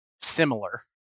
Similar